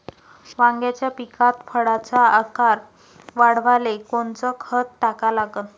वांग्याच्या पिकात फळाचा आकार वाढवाले कोनचं खत टाका लागन?